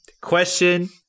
Question